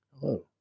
Hello